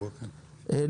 נעה,